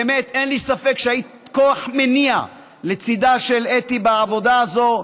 אין לי ספק שהיית כוח מניע לצידה של אתי בעבודה הזאת.